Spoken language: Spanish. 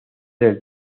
del